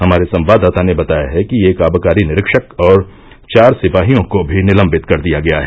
हमारे संवाददाता ने बताया है कि एक आबकारी निरीक्षक और चार सिपाहियों को भी निलम्बित कर दिया गया है